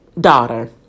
daughter